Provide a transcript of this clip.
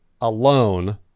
alone